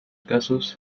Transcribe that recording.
casos